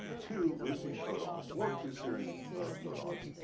two leucine codons or two serine codons,